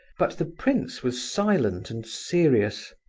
but the prince was silent and serious.